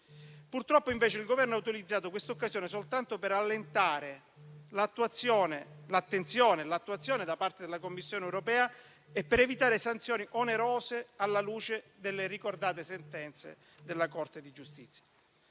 Purtroppo, invece, il Governo ha utilizzato questa occasione soltanto per allentare l'attenzione e l'attuazione, da parte della Commissione europea, e per evitare sanzioni onerose alla luce delle ricordate sentenze della Corte di giustizia.